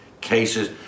cases